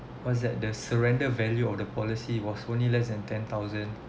what's that the surrender value of the policy was only less than ten thousand